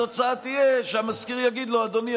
התוצאה תהיה שהמשכיר יגיד לו: אדוני,